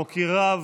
מוקיריו,